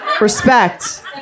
Respect